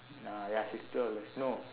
mm ah ya sixty dollars no